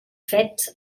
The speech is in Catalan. fets